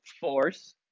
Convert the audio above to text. force